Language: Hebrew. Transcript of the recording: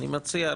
אני מציע,